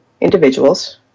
individuals